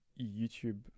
youtube